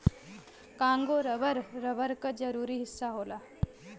Congo rubber, rubber क जरूरी हिस्सा होला